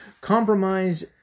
Compromise